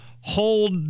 hold